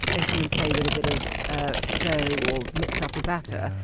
letting them play with a bit of ah dough or mixing up a batter.